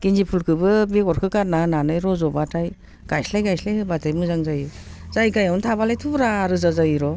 गेनदे फुलखौबो बेगरखौ गारना होनानै रज'बाथाय गायस्लाय गायस्लाय होबाथाय मोजां जायो जायगायावनो थाबालाय थुब्रा रोजा जायो र'